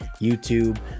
youtube